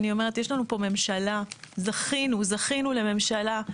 זכינו לממשלה,